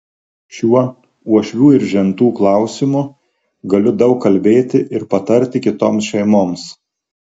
šiuo uošvių ir žentų klausimu galiu daug kalbėti ir patarti kitoms šeimoms